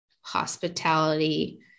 hospitality